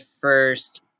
first